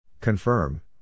Confirm